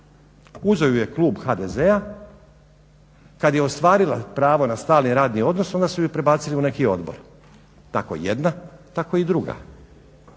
Uzeo ju je klub HDZ-a, kad je ostvarila pravo na stalni radni odnos onda su je prebacili u neki odbor. Tako jedna, tako i druga.